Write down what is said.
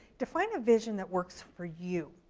define a vision that works for you.